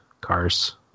cars